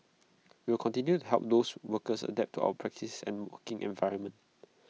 we will continue to help those workers adapt to our practices and working environment